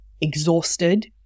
exhausted